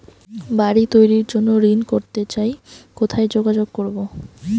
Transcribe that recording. বাড়ি তৈরির জন্য ঋণ করতে চাই কোথায় যোগাযোগ করবো?